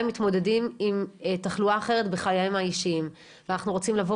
מתמודדים עם תחלואה אחרת בחייהם האישיים ואנחנו רוצים לבוא